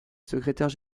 secrétaire